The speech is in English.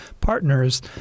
partners